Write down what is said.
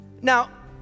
Now